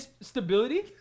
stability